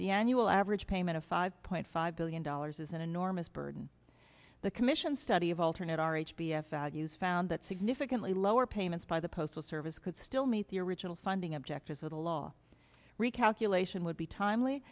the annual average payment of five point five billion dollars is an enormous burden the commission study of alternate r h b f values found that significantly lower payments by the postal service could still meet the original funding objectives of the law recalculation would be timely